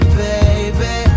baby